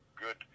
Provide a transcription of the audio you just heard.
good